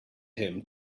him